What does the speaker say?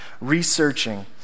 researching